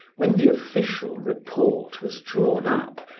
when the official report was drawn up,